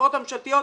והחברות הממשלתיות,